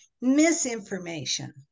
misinformation